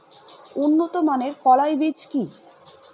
উন্নত মানের কলাই বীজ কি?